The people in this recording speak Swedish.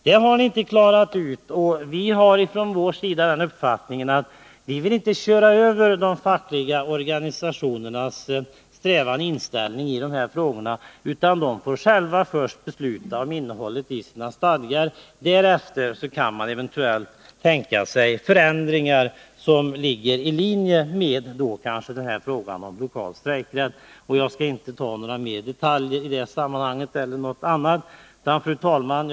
Det har ni inte klarat ut. Vi har från vår sida gjort bedömningen att vi inte vill köra över de fackliga organisationerna när det gäller deras strävan och inställning till dessa frågor. Först får de själva besluta om innehållet i sina stadgar. Därefter kan man eventuellt tänka sig förändringar som ligger i linje med t.ex. kravet på lokal strejkrätt. Jag skall inte gå in på fler detaljer i det sammanhanget och inte heller i något annat. Fru talman!